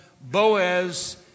Boaz